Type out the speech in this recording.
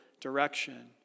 direction